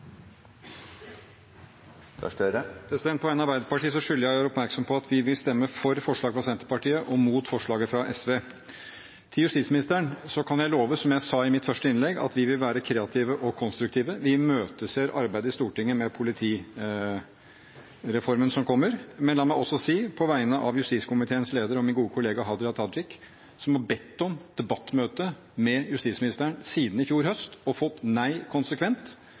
På vegne av Arbeiderpartiet skylder jeg å gjøre oppmerksom på at vi vil stemme for forslaget fra Senterpartiet og mot forslaget fra SV. Til justisministeren kan jeg love – som jeg sa i mitt første innlegg – at vi vil være kreative og konstruktive. Vi imøteser arbeidet i Stortinget med politireformen som kommer. Men la meg også si, på vegne av justiskomiteens leder og min gode kollega, Hadia Tajik, som har bedt om debattmøte med justisministeren siden i fjor høst og fått nei konsekvent,